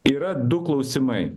yra du klausimai